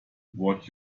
what